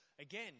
again